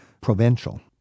provincial